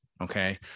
Okay